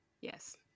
Yes